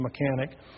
mechanic